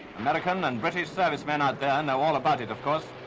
american and british servicemen out there know all about it, of course.